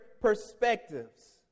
perspectives